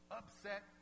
upset